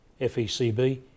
FECB